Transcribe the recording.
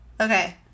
okay